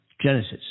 Genesis